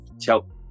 Ciao